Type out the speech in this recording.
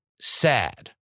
sad